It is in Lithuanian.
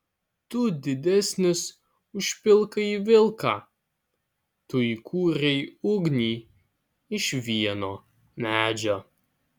tu didesnis už pilkąjį vilką tu įkūrei ugnį iš vieno medžio